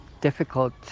difficult